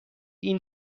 این